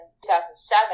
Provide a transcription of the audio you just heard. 2007